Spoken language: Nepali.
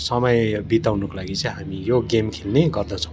समय बिताउनुको लागि चाहिँ हामी यो गेम खेल्ने गर्दछौँ